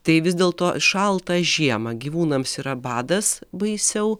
tai vis dėlto šaltą žiemą gyvūnams yra badas baisiau